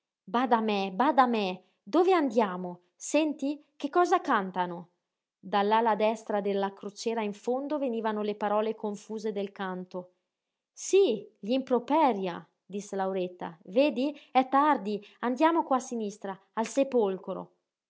bada a me bada a me dove andiamo senti che cosa cantano dall'ala destra della crociera in fondo venivano le parole confuse del canto sí gl'improperia disse lauretta vedi è tardi andiamo qua a sinistra al sepolcro